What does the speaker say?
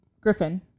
Griffin